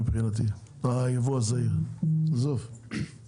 מבחינתי הייבוא הזעיר פחות בעייתי.